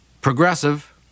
progressive